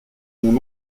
mon